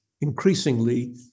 Increasingly